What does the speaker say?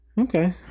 Okay